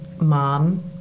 mom